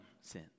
sin